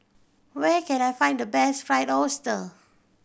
where can I find the best Fried Oyster